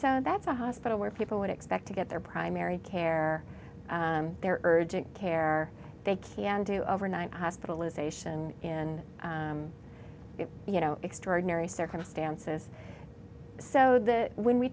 so that's a hospital where people would expect to get their primary care their urgent care they can do overnight hospitalization and you know extraordinary circumstances so that when we